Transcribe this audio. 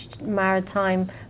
maritime